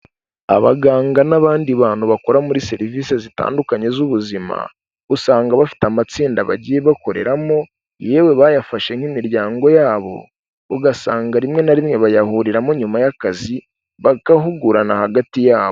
Abaganga n'abandi bantu bakora muri serivisi zitandukanye z'ubuzima, usanga bafite amatsinda bagiye bakoreramo, yewe bayafashe nk'imiryango yabo, ugasanga rimwe na rimwe bayahuriramo nyuma y'akazi, bagahugurana hagati yabo.